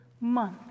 month